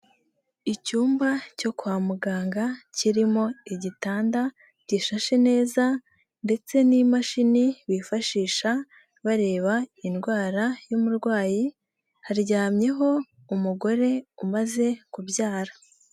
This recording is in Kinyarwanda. Icyumba cyo kwa muganga kirimo igitanda gishashe neza ndetse n'imashini bifashisha bareba indwara y'umurwayi haryamyeho umugore umaze kubyara.